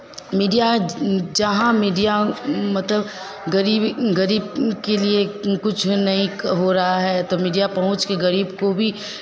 media जहाँ media मतलब ग़रीब ग़रीब के लिए कुछ नहीं हो रहा है तो मीडिया पहुँच के ग़रीब को भी